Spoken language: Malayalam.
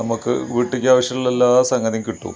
നമുക്ക് വീട്ടിലേക്കാവശ്യമുള്ള എല്ലാ സംഗതിയും കിട്ടും